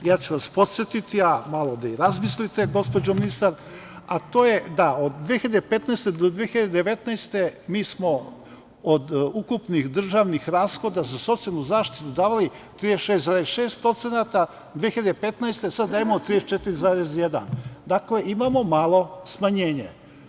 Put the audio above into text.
Ja ću vas podsetiti, a malo da i razmislite, gospođo ministarka, da od 2015. do 2019. godine mi smo od ukupnih državnih rashoda za socijalnu zaštitu dali 36,6% 2015. godine, a sada dajemo 34,1%, dakle, imamo malo smanjenje.